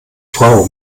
frau